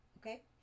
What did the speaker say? Okay